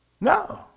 No